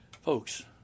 folks